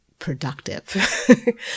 productive